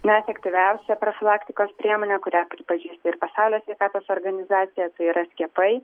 na efektyviausia profilaktikos priemonė kurią pripažįsta ir pasaulio sveikatos organizacija tai yra skiepai